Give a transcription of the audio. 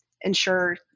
ensure